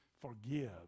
forgive